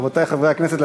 רבותי חברי הכנסת,